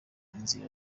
inzira